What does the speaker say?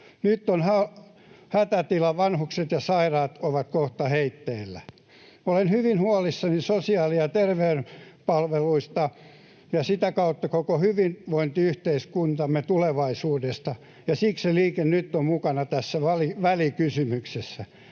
Nyt on hätätila: vanhukset ja sairaat ovat kohta heitteillä. Olen hyvin huolissani sosiaali- ja terveyspalveluista ja sitä kautta koko hyvinvointiyhteiskuntamme tulevaisuudesta, ja siksi Liike Nyt on mukana tässä välikysymyksessä